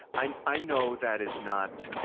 i i know that is not,